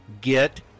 get